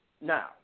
Now